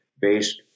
based